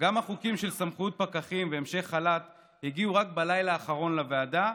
גם החוקים של סמכות פקחים והמשך חל"ת הגיעו רק בלילה האחרון לוועדה,